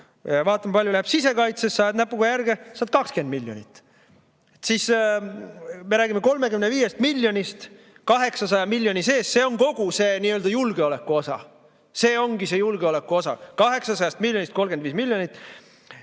Vaatame, kui palju läheb sisekaitsesse. Ajad näpuga järge, saad 20 miljonit. Me räägime 35 miljonist 800 miljoni sees, see on kogu see nii-öelda julgeolekuosa. See ongi see julgeolekuosa: 800 miljonist 35 miljonit.